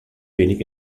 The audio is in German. wenig